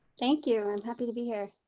thank you. i'm happy to be here.